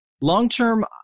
long-term